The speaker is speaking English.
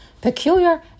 Peculiar